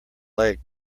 lake